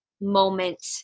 moment